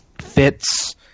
fits